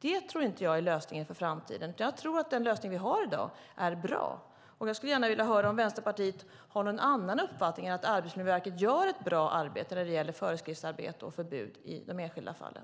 Jag tror inte att det är lösningen för framtiden, utan jag tror att den lösning vi har i dag är bra. Jag skulle gärna vilja höra om Vänsterpartiet har någon annan uppfattning än att Arbetsmiljöverket gör ett bra arbete när det gäller föreskrifter och förbud i de enskilda fallen.